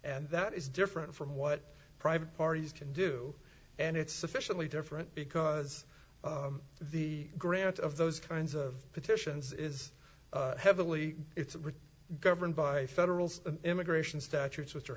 and that is different from what private parties can do and it's sufficiently different because the grant of those kinds of petitions is heavily governed by federal immigration statutes which are